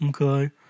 okay